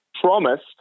promised